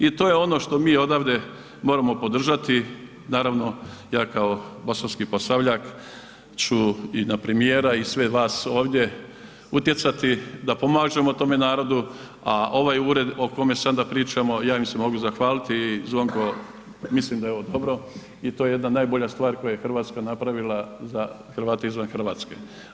I to je ono što mi odavde moramo podržati, naravno ja kao Bosanski Posavljak ću i na premijera i sve vaš ovdje utjecati da pomažemo tome narodu a ovaj ured o kome se onda pričamo, ja im se mogu zahvaliti i Zvonko mislim da je ovo dobro i to je jedna najbolja stvar koju je Hrvatska napravila za Hrvate izvan Hrvatske.